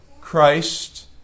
Christ